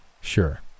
Sure